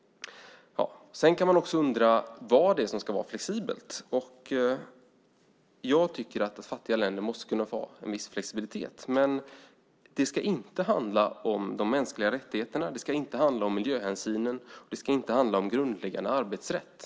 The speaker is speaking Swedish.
Vad är det som ska vara flexibelt? Fattiga länder måste få ha en viss flexibilitet. Men den ska inte handla om de mänskliga rättigheterna, miljöhänsynen eller den grundläggande arbetsrätten.